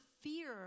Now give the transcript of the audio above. fear